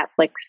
Netflix